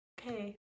okay